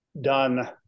done